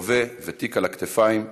רובה ותיק על הכתפיים,